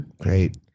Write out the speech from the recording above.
great